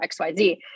XYZ